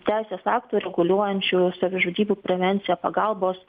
teisės aktų reguliuojančių savižudybių prevenciją pagalbos